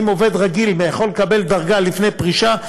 אם עובד רגיל יכול לקבל דרגה לפני פרישה,